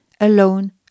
alone